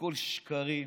שהכול שקרים.